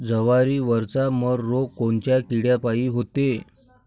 जवारीवरचा मर रोग कोनच्या किड्यापायी होते?